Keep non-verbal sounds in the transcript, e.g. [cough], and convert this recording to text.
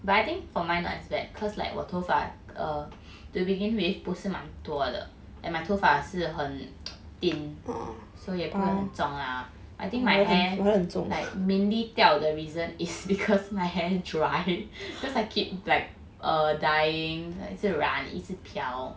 but I think for mine not as bad that cause like 我头发 err to begin with 不是蛮多的 and my 头发是很 [noise] thin so 也不会很重 lah I think my hair like mainly 掉 the reason is because my hair dry [laughs] cause I keep like err dyeing like 一直染一直漂